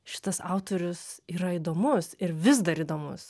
šitas autorius yra įdomus ir vis dar įdomus